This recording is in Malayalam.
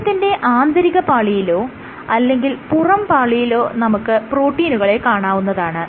കോശത്തിന്റെ ആന്തരികപാളിയിലോ അല്ലെങ്കിൽ പുറം പാളിയിലോ നമുക്ക് പ്രോട്ടീനുകളെ കാണാവുന്നതാണ്